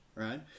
right